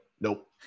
Nope